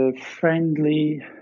friendly